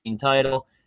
title